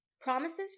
promises